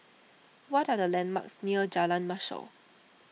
what are the landmarks near Jalan Mashor